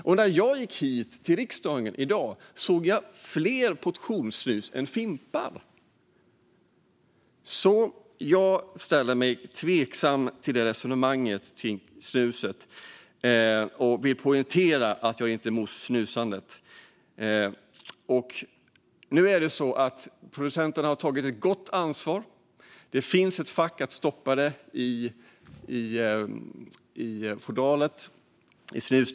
När jag i dag gick hit till riksdagen såg jag fler portionssnuspåsar än fimpar. Jag ställer mig därför tveksam till resonemanget om snuset. Jag vill poängtera att jag inte är emot snusandet. Nu har producenterna tagit ett gott ansvar. Det finns ett fack i fodralet, i snusdosan, att stoppa det i.